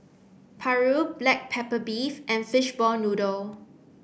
paru black pepper beef and fishball noodle